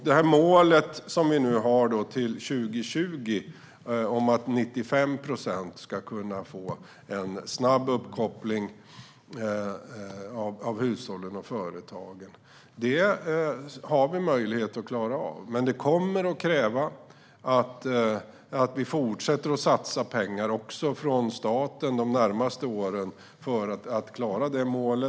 Det mål som vi nu har till 2020 om att 95 procent av hushållen och företagen ska kunna få en snabb uppkoppling har vi möjlighet att klara av. Men det kommer att kräva att vi fortsätter att satsa pengar också från staten under de närmaste åren för att klara detta mål.